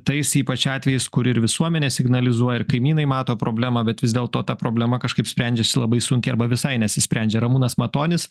tais ypač atvejais kur ir visuomenė signalizuoja ir kaimynai mato problemą bet vis dėlto ta problema kažkaip sprendžiasi labai sunkiai arba visai nesisprendžia ramūnas matonis